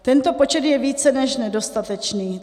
Tento počet je více než nedostatečný.